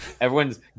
everyone's